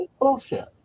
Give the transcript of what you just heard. bullshit